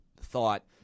thought